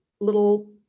little